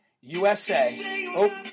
USA